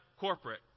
corporate